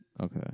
Okay